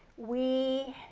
we.